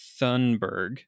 Thunberg